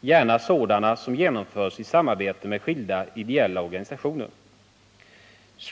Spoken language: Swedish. gärna sådana som genomförs i samarbete med skilda ideella organisationer.